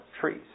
trees